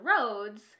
roads